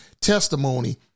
testimony